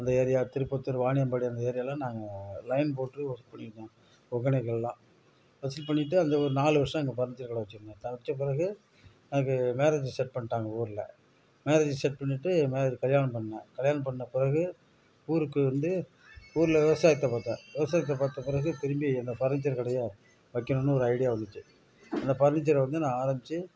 அந்த ஏரியா திருப்பத்தூர் வாணியம்பாடி அந்த ஏரியாலாம் நாங்கள் லைன் போட்டு வொர்க் பண்ணியிருக்கோம் ஒகேனக்கல்லாம் வசூல் பண்ணிவிட்டு அந்த ஒரு நாலு வர்ஷம் அங்கே பர்னிச்சர் கடை வச்சிருந்தேன் அதை வைச்ச பிறகு எனக்கு மேரேஜி செட் பண்ணிட்டாங்க ஊரில் மேரேஜ் செட் பண்ணிவிட்டு மேரேஜ் கல்யாணம் பண்ணேன் கல்யாணம் பண்ண பிறகு ஊருக்கு வந்து ஊரில் விவசாயத்தை பாத்தேன் விவசாயத்தை பார்த்த பிறகு திரும்பி அந்த ஃபர்னிச்சர் கடையை வைக்கணுன்னு ஒரு ஐடியா வந்துச்சு அந்த பர்னிச்சர் வந்து நான் ஆரம்பிச்சி